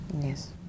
Yes